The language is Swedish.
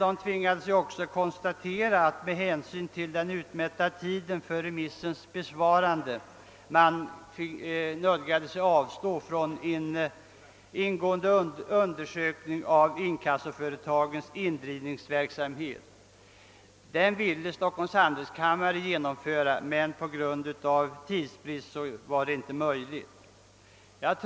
Kollegiet framhöll emellertid att man med hänsyn till »den utmätta tiden för remissens besvarande» nödgats avstå från en undersökning av inkassoföretagens indrivningsverksamhet. En sådan undersökning ville Stockholms handelskammare genomföra men på grund av tidsbrist var detta inte möjligt.